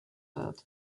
wird